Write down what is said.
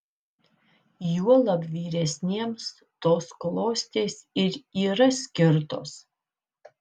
juolab vyresniems tos klostės ir yra skirtos